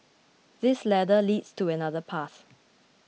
this ladder leads to another path